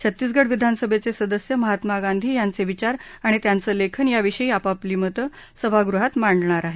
छत्तीसगढ विधानसभेचे सदस्य महात्मा गांधी यांचे विचार आणि त्यांचं लेखन याविषयी आपापली मतं सभागृहात मांडणार आहेत